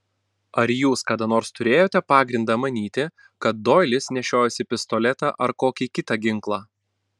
ar jūs kada nors turėjote pagrindą manyti kad doilis nešiojasi pistoletą ar kokį kitą ginklą